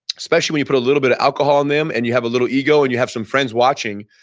especially when you put a little bit of alcohol in them and you have a little ego and you have some friends watching,